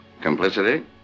complicity